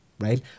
Right